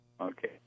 Okay